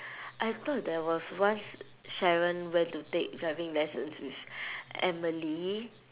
I thought there was once sharon went to take driving lesson with emily